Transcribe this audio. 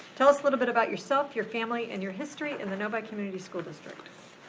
tell us a little bit about yourself, your family and your history in the novi community school district.